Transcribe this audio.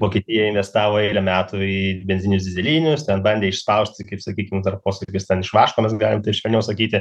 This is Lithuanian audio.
vokietija investavo eilę metų į benzininius dyzelinius ten bandė išspausti kaip sakykim dar posakis ten iš vaško mes galim taip švelniau sakyti